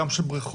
גם של בריכות,